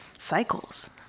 cycles